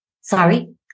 Sorry